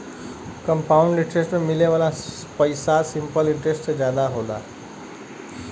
compound interest में मिले वाला पइसा सिंपल इंटरेस्ट से जादा होला